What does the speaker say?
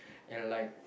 and like